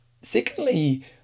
secondly